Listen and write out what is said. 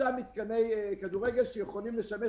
חמישה מתקני כדורגל שיכולים לשמש